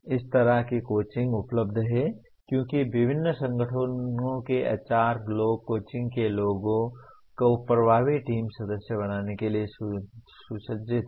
इस तरह की कोचिंग उपलब्ध है क्योंकि विभिन्न संगठनों के HR लोग कोचिंग के लोगों को प्रभावी टीम सदस्य बनाने के लिए सुसज्जित हैं